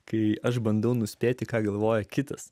kai aš bandau nuspėti ką galvoja kitas